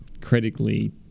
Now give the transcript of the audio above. critically